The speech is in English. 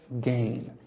gain